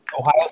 Ohio